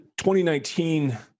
2019